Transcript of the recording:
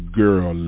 girl